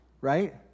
right